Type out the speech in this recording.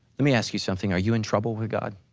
let me ask you something are you in trouble with god?